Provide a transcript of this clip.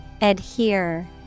Adhere